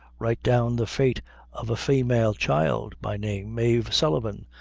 write down the fate of a faymale child, by name mave sullivan,